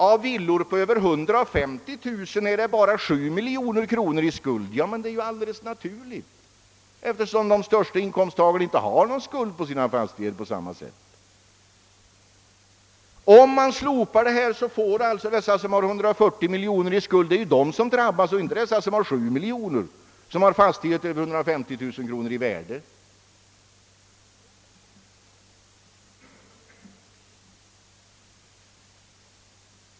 Men villor på över 150 000 kronor har bara 7 miljoner kronor i skuld. Det är dock fullt naturligt, eftersom de största inkomsttagarna inte har skuld på sina fastigheter på samma sätt som de mindre. Om man slopar ränteavdragen drabbas de som har 140 miljoner kronor i skuld men inte på samma sätt de som har 7 miljoner i lån och har fastigheter värda över 150 000 kronor.